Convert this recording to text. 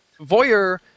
Voyeur